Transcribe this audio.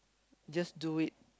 just do it